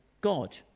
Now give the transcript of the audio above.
God